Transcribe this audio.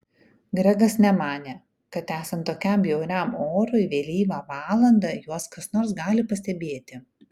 gregas nemanė kad esant tokiam bjauriam orui vėlyvą valandą juos kas nors gali pastebėti